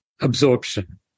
absorption